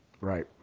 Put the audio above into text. Right